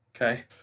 okay